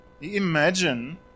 Imagine